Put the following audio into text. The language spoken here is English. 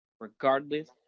regardless